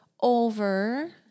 over